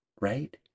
right